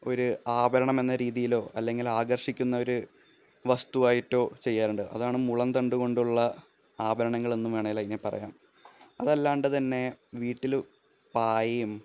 ഒരു ആഭരണം എന്ന രീതിയിലോ അല്ലെങ്കില് ആകര്ഷിക്കുന്ന ഒരു വസ്തുവായിട്ടോ ചെയ്യാറുണ്ട് അതാണ് മുളംതണ്ടുകൊണ്ടുള്ള ആഭരണങ്ങള് എന്നും വേണമെങ്കില് അതിനെ പറയാം അതല്ലാണ്ടുതന്നെ വീട്ടില് പായയും